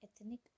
ethnic